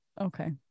okay